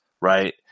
right